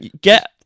get